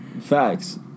Facts